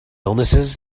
illnesses